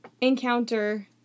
encounter